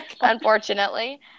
unfortunately